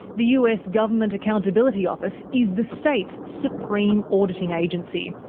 the us government accountability office is the states' supreme auditing agency,